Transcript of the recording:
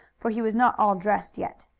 for he was not all dressed yet.